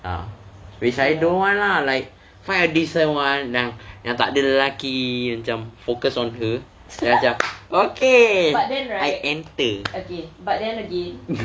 ah which I don't want lah like find a decent one yang yang tak ada lelaki macam focus on her then macam okay I enter